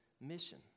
mission